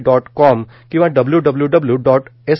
dot com किंवा W W W dot S